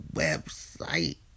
website